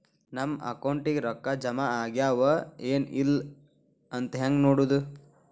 ನಮ್ಮ ಅಕೌಂಟಿಗೆ ರೊಕ್ಕ ಜಮಾ ಆಗ್ಯಾವ ಏನ್ ಇಲ್ಲ ಅಂತ ಹೆಂಗ್ ನೋಡೋದು?